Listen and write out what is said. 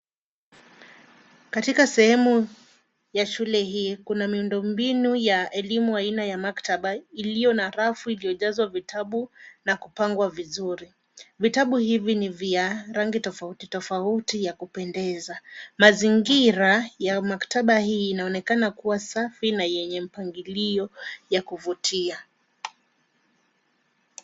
Katika sehemu ya shule hii, kuna miundo mbinu ya elimu aina ya maktaba, iliyo na rafu iliyojazwa vitabu na kupangwa vizuri. Vitabu hivi ni vya rangi tofauti tofauti ya kupendeza. Mazingira ya maktaba hii inaonekana kuwa safi na yenye mpangilio wa kuvutia.